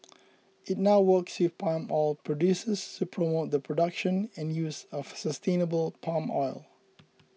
it now works with palm oil producers to promote the production and use of sustainable palm oil